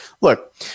Look